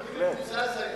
אני מקוזז היום.